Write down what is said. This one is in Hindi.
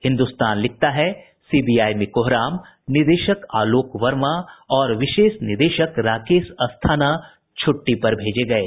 हिन्दुस्तान लिखता है सीबीआई में कोहराम निदेशक आलोक वर्मा और विशेष निदेशक राकेश अस्थाना छुट्टी पर भेजे गये